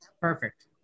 Perfect